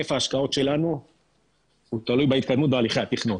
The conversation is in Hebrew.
היקף ההשקעות שלנו הוא תלוי בהתקדמות בהליכי התכנון.